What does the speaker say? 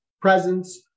presence